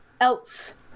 else